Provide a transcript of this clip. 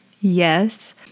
Yes